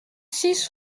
six